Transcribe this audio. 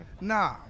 Nah